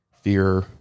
fear